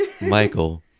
Michael